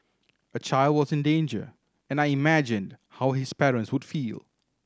a child was in danger and I imagined how his parents would feel